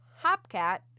Hopcat